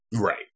Right